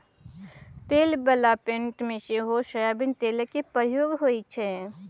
तेल बला पेंट मे सेहो सोयाबीन तेलक प्रयोग होइ छै